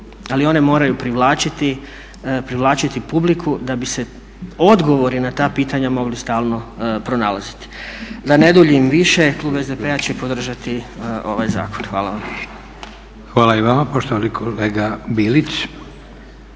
Ali one moraju privlačiti publiku da bi se odgovori na ta pitanja mogli stalno pronalaziti. Da ne duljim više klub SDP-a će podržati ovaj zakon. Hvala vam. **Leko, Josip (SDP)** Hvala i vama poštovani kolega Bilić.